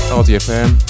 rdfm